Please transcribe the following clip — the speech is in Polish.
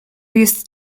jest